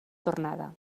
tornada